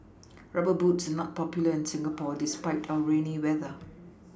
rubber boots are not popular in Singapore despite our rainy weather